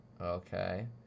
Okay